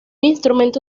instrumento